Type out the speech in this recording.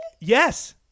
Yes